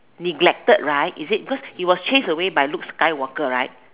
neglected right is it because he was chased away by Luke-Skywalker right